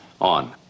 On